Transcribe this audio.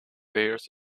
bears